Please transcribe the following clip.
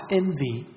envy